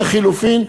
לחלופין,